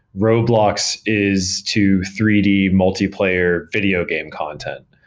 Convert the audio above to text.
roblox is to three d multiplayer video game content.